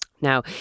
Now